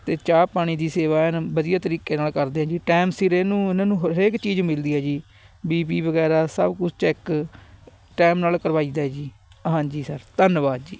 ਅਤੇ ਚਾਹ ਪਾਣੀ ਦੀ ਸੇਵਾ ਐਨ ਵਧੀਆ ਤਰੀਕੇ ਨਾਲ ਕਰਦੇ ਹਾਂ ਜੀ ਟਾਈਮ ਸਿਰ ਇਹਨੂੰ ਇਹਨਾਂ ਨੂੰ ਹਰੇਕ ਚੀਜ਼ ਮਿਲਦੀ ਹੈ ਜੀ ਬੀ ਪੀ ਵਗੈਰਾ ਸਭ ਕੁਛ ਚੈੱਕ ਟਾਈਮ ਨਾਲ ਕਰਵਾਈ ਦਾ ਜੀ ਹਾਂਜੀ ਸਰ ਧੰਨਵਾਦ ਜੀ